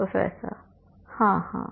professor हाँ हाँ